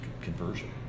conversion